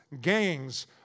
gangs